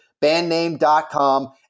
Bandname.com